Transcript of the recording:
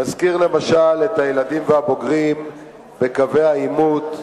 נזכיר למשל את הילדים והבוגרים בקווי העימות,